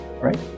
Right